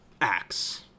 acts